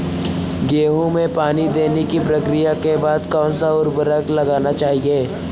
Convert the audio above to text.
गेहूँ में पानी देने की प्रक्रिया के बाद कौन सा उर्वरक लगाना चाहिए?